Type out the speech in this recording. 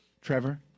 Trevor